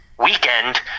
weekend